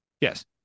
yes